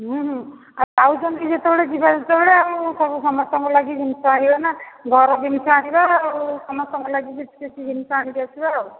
ହୁଁ ହୁଁ ଆଉ ଯାଉଛନ୍ତି ଯେତେବେଳେ ଯିବା ଯେତେବେଳେ ଆଉ ସବୁ ସମସ୍ତଙ୍କ ଲାଗି ଜିନିଷ ଆଣିବା ନା ଘର ଜିନିଷ ଆଣିବା ଆଉ ସମସ୍ତଙ୍କ ଲାଗି କିଛି କିଛି ଜିନିଷ ଆଣିକି ଆସିବା ଆଉ